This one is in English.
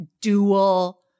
dual